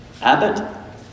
Abbott